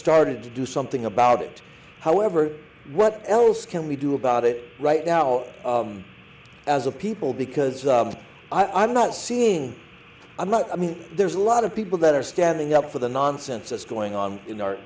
started to do something about it however what else can we do about it right now as a people because i i'm not seeing i'm not i mean there's a lot of people that are standing up for the nonsense that's going on in our